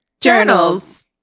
Journals